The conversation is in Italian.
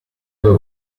due